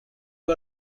you